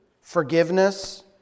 forgiveness